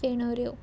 फेणोऱ्यो